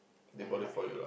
and like